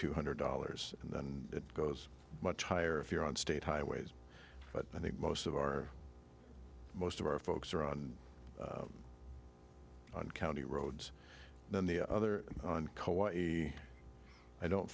two hundred dollars and then it goes much higher if you're on state highways but i think most of our most of our folks are on one county roads than the other and koichi i don't